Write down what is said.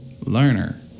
learner